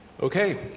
Okay